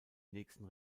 nächsten